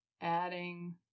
adding